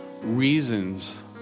reasons